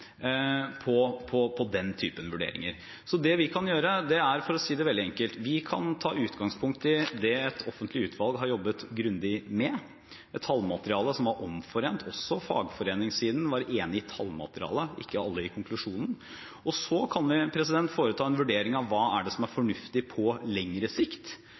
Det vi kan gjøre, er, for å si det veldig enkelt: Vi kan ta utgangspunkt i det et offentlig utvalg har jobbet grundig med, et tallmateriale som var omforent. Også fagforeningssiden var enig i tallmaterialet, ikke alle i konklusjonen. Så kan vi foreta en vurdering av hva det er som er fornuftig på lengre sikt.